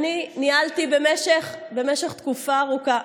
ניהלתי במשך תקופה ארוכה,